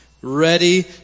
ready